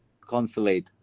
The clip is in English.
consulate